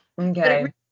Okay